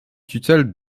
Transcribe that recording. tutelle